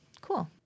Cool